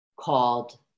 called